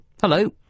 Hello